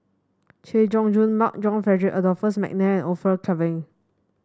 Chay Jung Jun Mark John Frederick Adolphus McNair Orfeur Cavenagh